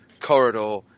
Corridor